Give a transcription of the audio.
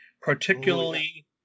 particularly